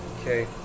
Okay